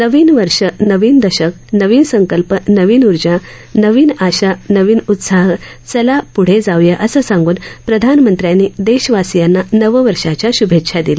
नवीन वर्ष नवीन दशक नवीन संकल्प नवीन ऊर्जा नवीन आशा नवीन उत्साह चला पूढे जाऊया असं सांगून प्रधानमंत्र्यांनी देशवासियांना नववर्षाच्या श्भेच्छा दिल्या